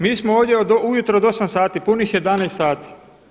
Mi smo ovdje od ujutro od 8 sati, punih 11 sati.